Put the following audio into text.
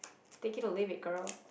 take it or leave it girl